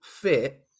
fit